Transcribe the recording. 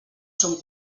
son